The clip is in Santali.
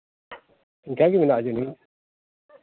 ᱚᱱᱠᱟᱜᱮ ᱢᱮᱱᱟᱜᱼᱟ ᱡᱟᱹᱱᱤᱡ